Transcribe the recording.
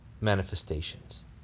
manifestations